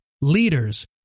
leaders